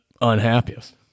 unhappiest